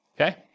okay